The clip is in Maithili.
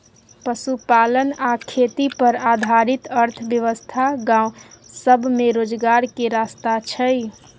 पशुपालन आ खेती पर आधारित अर्थव्यवस्था गाँव सब में रोजगार के रास्ता छइ